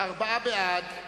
ארבעה בעד,